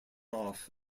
off